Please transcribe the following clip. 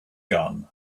gun